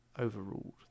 overruled